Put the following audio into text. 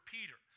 Peter